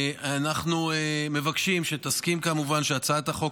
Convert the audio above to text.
אנחנו מבקשים שתסכים כמובן שהצעת החוק